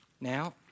Now